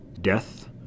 death